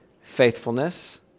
faithfulness